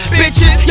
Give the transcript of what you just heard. bitches